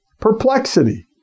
Perplexity